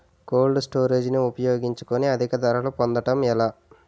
Cold storage ని ఉపయోగించుకొని అధిక ధరలు పొందడం ఎలా?